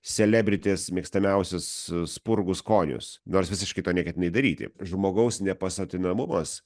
celebrities mėgstamiausius spurgų skonius nors visiškai to neketinai daryti žmogaus nepasotinamumas